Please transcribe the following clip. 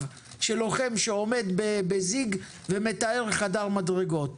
של לוחם שעומד בזיג ומטהר חדר מדרגות.